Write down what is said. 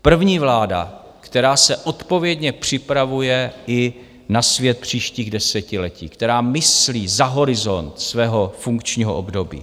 První vláda, která se odpovědně připravuje i na svět příštích desetiletí, která myslí za horizont svého funkčního období.